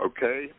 Okay